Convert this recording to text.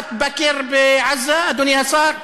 משפחת בכר בעזה, אדוני השר?